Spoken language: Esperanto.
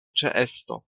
ĉeesto